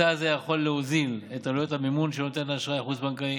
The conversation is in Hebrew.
צעד זה יכול להוריד את עלויות המימון של נותן האשראי החוץ-בנקאי,